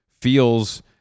feels